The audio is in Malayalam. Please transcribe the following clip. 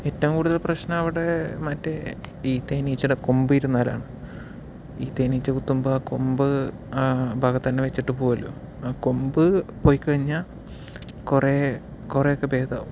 ഏറ്റവും കൂടുതൽ ആ പ്രശ്നം അവിടെ മറ്റേ ഈ തേനിച്ചേടെ കൊമ്പിരുന്നാലാണ് ഈ തേനീച്ച കുത്തുമ്പോൾ ആ കൊമ്പ് ആ ഭാഗത്തു തന്നെ വെച്ചിട്ട് പോകുവല്ലോ ആ കൊമ്പ് പോയിക്കഴിഞ്ഞാൽ കുറെ കുറെയൊക്കഭേദമാകും